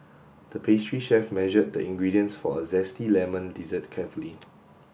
the pastry chef measured the ingredients for a zesty lemon dessert carefully